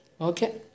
Okay